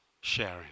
sharing